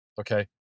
okay